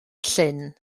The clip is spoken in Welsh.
llyn